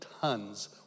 tons